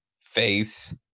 face